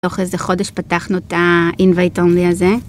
תוך איזה חודש פתחנו את ה-invite-only הזה.